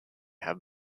have